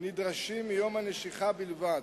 נדרשים מיום הנשיכה בלבד.